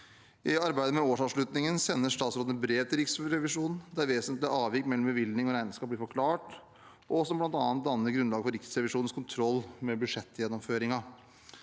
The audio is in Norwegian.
I arbeidet med årsavslutningen sender statsrådene brev til Riksrevisjonen der vesentlige avvik mellom bevilgning og regnskap blir forklart, og som bl.a. danner grunnlaget for Riksrevisjonens kontroll med budsjettgjennomføringen.